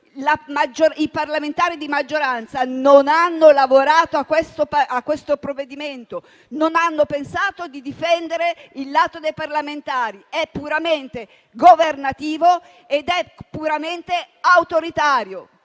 I parlamentari di maggioranza non hanno lavorato a questo provvedimento, non hanno pensato di difendere il lato dei parlamentari. È puramente governativo ed è puramente autoritario.